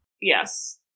Yes